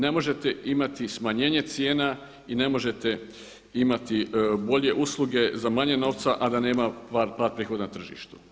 Ne možete imati smanjenje cijena i ne možete imati bolje usluge za manje novca, a da nema pad prihoda na tržištu.